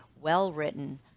well-written